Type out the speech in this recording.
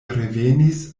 revenis